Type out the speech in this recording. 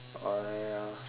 oh ya